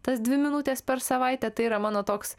tas dvi minutes per savaitę tai yra mano toks